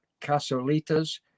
casolitas